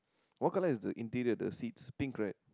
what colour is the interior the seat pink red